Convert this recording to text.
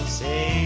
say